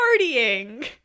partying